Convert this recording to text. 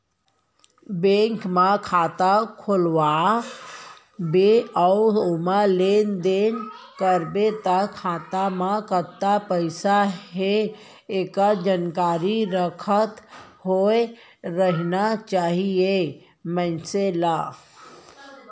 bank म खाता खोलवा बे अउ ओमा लेन देन करबे त खाता म कतका पइसा हे एकर जानकारी राखत होय रहिना चाही मनसे ल